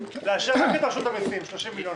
לאשר רק את רשות המסים, 30 מיליון.